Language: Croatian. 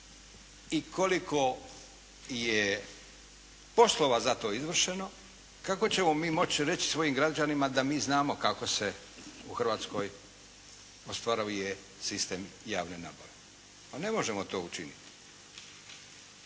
i koliko je poslova zato izvršeno, kako ćemo mi moći reći svojim građanima da mi znamo kako se u Hrvatskoj ostvaruje sistem javne nabave? Pa ne možemo to učiniti.